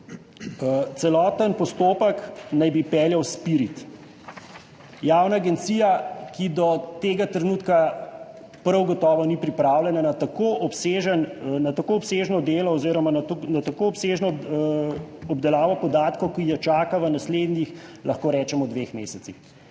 celoten postopek naj bi peljal SPIRIT, javna agencija, ki do tega trenutka prav gotovo ni pripravljena na tako obsežno delo oziroma na tako obsežno obdelavo podatkov, ki jo čaka v naslednjih, lahko rečemo, dveh mesecih.